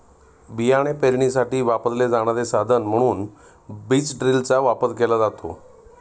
बियाणे पेरणीसाठी वापरले जाणारे साधन म्हणून बीज ड्रिलचा वापर केला जातो